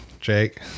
Jake